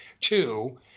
two